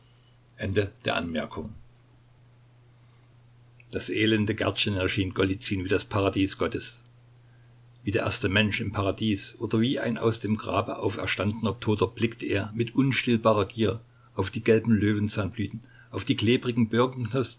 das elende gärtchen erschien golizyn wie das paradies gottes wie der erste mensch im paradies oder wie ein aus dem grabe auferstandener toter blickte er mit unstillbarer gier auf die gelben löwenzahnblüten auf die klebrigen